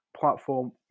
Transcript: platform